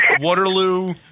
Waterloo